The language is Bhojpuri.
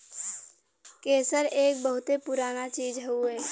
केसर एक बहुते पुराना चीज हउवे